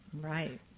Right